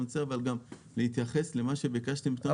אבל אני רוצה להתייחס למה שביקשתם בדיון הקודם.